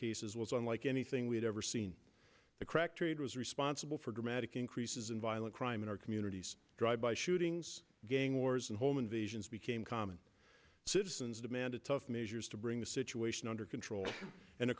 cases was unlike anything we've ever seen the crack trade was responsible for dramatic increases in violent crime in our communities drive by shootings gang wars and home invasions became common citizens demanded tough measures to bring the situation under control and the